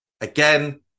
Again